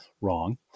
wrong